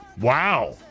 Wow